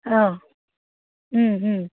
অঁ